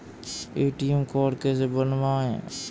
ATM card कैसे बनवाएँ?